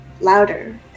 louder